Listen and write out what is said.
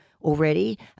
already